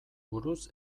buruz